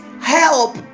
help